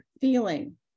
feeling